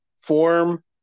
form